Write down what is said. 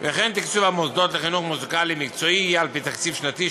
וכן תקצוב המוסדות לחינוך מוזיקלי מקצועי יהיה על-פי תקציב שנתי,